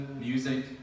music